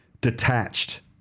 detached